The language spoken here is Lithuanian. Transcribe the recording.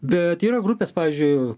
bet yra grupės pavyzdžiui